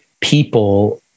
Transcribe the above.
people